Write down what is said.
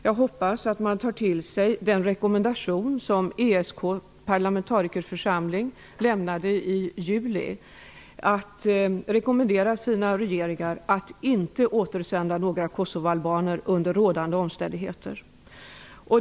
Jag hoppas att man tar till sig den rekommendation som ESK:s parlamentarikerförsamling lämnade i juli. Den rekommenderade sina regeringar att inte återsända några kosovoalbaner under rådande omständigheter.